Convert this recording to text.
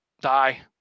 die